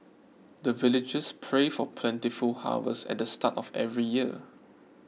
the villagers pray for plentiful harvest at the start of every year